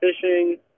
fishing